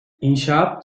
i̇nşaat